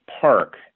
Park